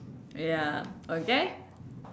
ya okay